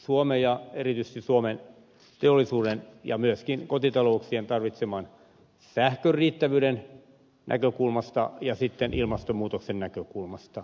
suomen ja erityisesti suomen teollisuuden ja myöskin kotitalouksien tarvitseman sähkön riittävyyden näkökulmasta ja sitten ilmastonmuutoksen näkökulmasta